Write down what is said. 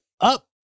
up